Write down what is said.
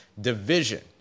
division